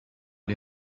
die